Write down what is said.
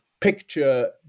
picture